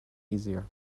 easier